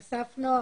אסף נועם.